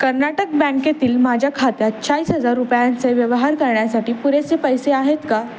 कर्नाटक बँकेतील माझ्या खात्यात चाळीस हजार रुपयांचे व्यवहार करण्यासाठी पुरेसे पैसे आहेत का